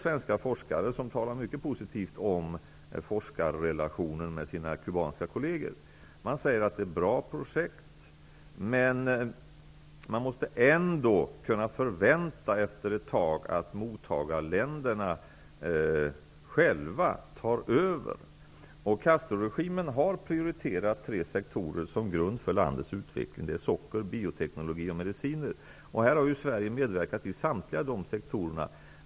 Svenska forskare talar mycket positivt om forskarrelationen med sina kubanska kolleger. De säger att det är bra projekt, men man måste ändå kunna förvänta efter ett tag att mottagarländerna själva tar över. Castroregimen har prioriterat tre sektorer som grund för landets utveckling. Det är socker, bioteknologi och mediciner, och Sverige har medverkat inom samtliga de sektorerna.